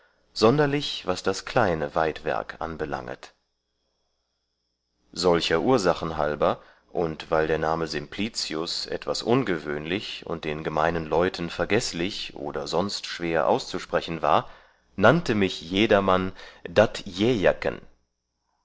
sonderlich was das kleine waidwerk anbelanget solcher ursachen halber und weil der name simplicius etwas ungewöhnlich und den gemeinen leuten vergeßlich oder sonst schwer auszusprechen war nannte mich jedermann dat